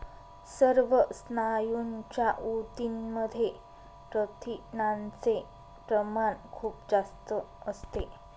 सर्व स्नायूंच्या ऊतींमध्ये प्रथिनांचे प्रमाण खूप जास्त असते